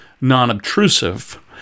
non-obtrusive